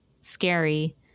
Scary